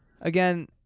Again